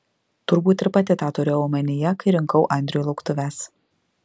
turbūt ir pati tą turėjau omenyje kai rinkau andriui lauktuves